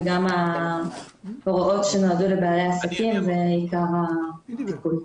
וגם ההוראות שנועדו לבעלי העסקים זה עיקר הפיקוח.